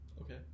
Okay